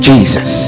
Jesus